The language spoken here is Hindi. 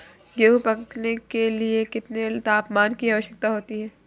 गेहूँ पकने के लिए कितने तापमान की आवश्यकता होती है?